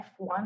F1